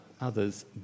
others